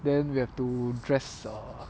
then we have to dress err